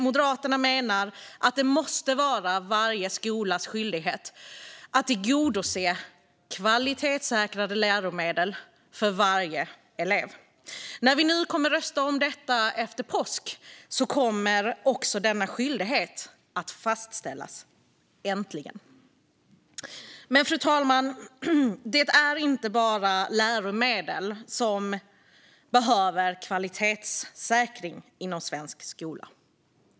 Moderaterna menar att det måste vara varje skolas skyldighet att tillgodose kvalitetssäkrade läromedel för varje elev, och när vi kommer att rösta om detta efter påsk kommer denna skyldighet äntligen att fastställas. Fru talman! Det är dock inte bara läromedel som behöver kvalitetssäkring inom svensk skola.